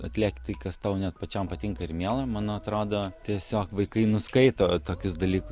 atliepti kas tau net pačiam patinka ir miela man atrodo tiesiog vaikai nuskaito tokius dalykus